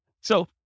So-